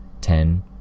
ten